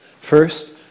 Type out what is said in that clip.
First